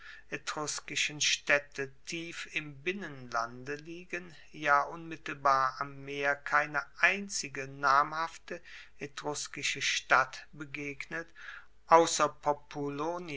etruskischen staedte tief im binnenlande liegen ja unmittelbar am meer keine einzige namhafte etruskische stadt begegnet ausser